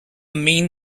mean